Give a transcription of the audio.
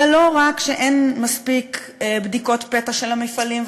ולא רק שאין מספיק בדיקות פתע במפעלים,